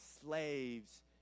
slaves